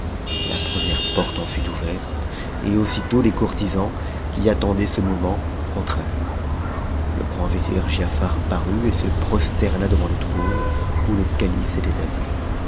la première porte en fut ouverte et aussitôt les courtisans qui attendaient ce moment entrèrent le grand vizir giafar parut et se prosterna devant le trône où le calife s'était assis